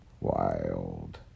wild